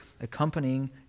accompanying